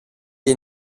est